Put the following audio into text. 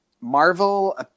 Marvel